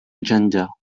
agenda